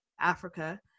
Africa